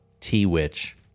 T-Witch